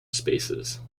spaces